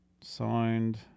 Signed